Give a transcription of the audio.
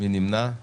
מי נמנע?